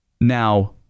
Now